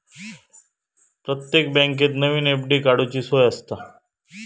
प्रत्येक बँकेत नवीन एफ.डी काडूची सोय आसता